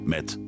Met